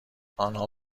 آنها